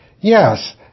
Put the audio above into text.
Yes